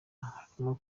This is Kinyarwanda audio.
harimo